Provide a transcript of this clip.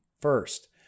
first